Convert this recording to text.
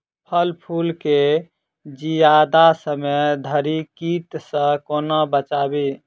फल फुल केँ जियादा समय धरि कीट सऽ कोना बचाबी?